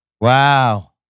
Wow